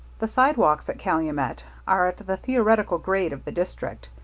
the sidewalks at calumet are at the theoretical grade of the district,